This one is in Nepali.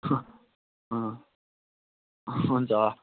हुन्छ